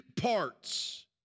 parts